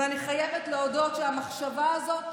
אני חייבת להודות שהמחשבה הזאת